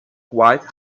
quite